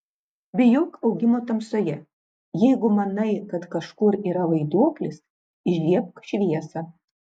bijok augimo tamsoje jeigu manai kad kažkur yra vaiduoklis įžiebk šviesą